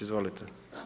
Izvolite.